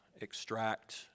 extract